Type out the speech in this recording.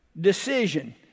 Decision